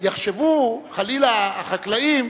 יחשבו, חלילה, החקלאים,